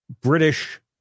British